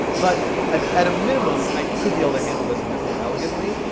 but at at a minimum, i could be able to handle this a bit more elegantly.